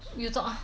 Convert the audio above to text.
you talk ah